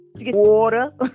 Water